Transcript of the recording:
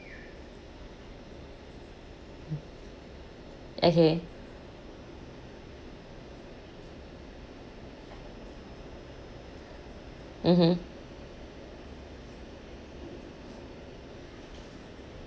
okay mmhmm